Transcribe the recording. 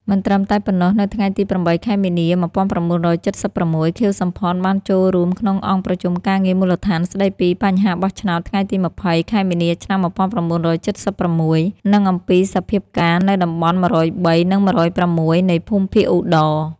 មិនត្រឹមតែប៉ុណ្ណោះនៅថ្ងៃទី ៨ ខែមីនា ១៩៧៦ ខៀវ សំផន បានចូលរួមក្នុងអង្គប្រជុំការងារមូលដ្ឋាន ស្តីពីបញ្ហាបោះឆ្នោតថ្ងៃទី ២០ ខែមីនា ឆ្នាំ ១៩៧៦ និងអំពីសភាពការណ៍នៅតំបន់ ១០៣ និង ១០៦ នៃភូមិភាគឧត្តរ ។